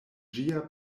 ĝia